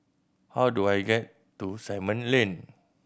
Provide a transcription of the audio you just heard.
how do I get to Simon Lane